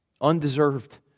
Undeserved